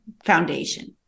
foundation